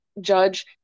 judge